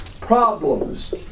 problems